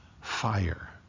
fire